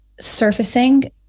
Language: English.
surfacing